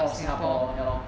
of singapore ya lor